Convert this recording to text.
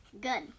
Good